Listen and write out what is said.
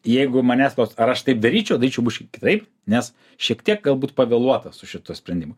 jeigu manęs klaus ar aš taip daryčiaudaryčiau biškį kitaip nes šiek tiek galbūt pavėluota su šitu sprendimu